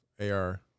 AR